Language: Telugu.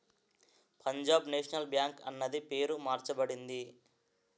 పంజాబ్ నేషనల్ బ్యాంక్ అన్నది పేరు మార్చబడింది